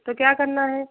तो क्या करना है